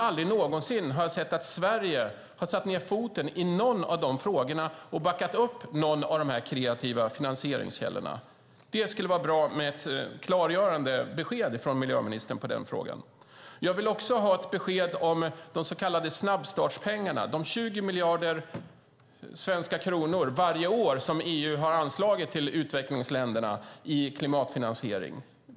Aldrig någonsin har jag sett att Sverige har satt ned foten i någon av frågorna och backat upp något av dessa förslag till kreativa finansieringskällor. Det skulle vara bra med ett klargörande besked i frågan från miljöministern. Jag vill ha ett besked om de så kallade snabbstartspengarna, de 20 miljarder svenska kronor varje år som EU har anslagit till utvecklingsländerna i klimatfinansiering.